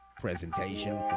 presentation